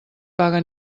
paga